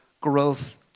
growth